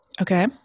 Okay